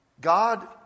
God